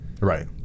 right